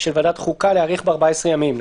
של ועדת החוקה להאריך ב-14 ימים.